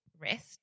rest